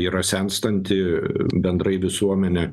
yra senstanti bendrai visuomenė